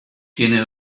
tiene